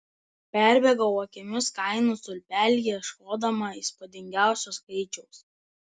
perbėgau akimis kainų stulpelį ieškodama įspūdingiausio skaičiaus